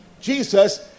Jesus